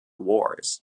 wars